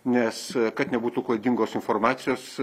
nes kad nebūtų klaidingos informacijos